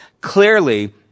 clearly